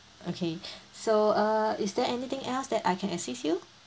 okay so uh is there anything else that I can assist you